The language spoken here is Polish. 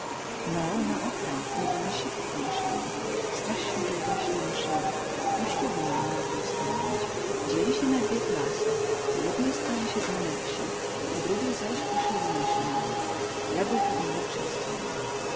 no na okręt niby na sif po naskiemu straśnie wieldzaźna machina kościół by na niej mógł stanąć dzieli sie na dwie klasy po jednej stronie siedzą lepsi po drugiej zaś pośledniejsy naród ja był po tej lepsej stronie